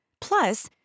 Plus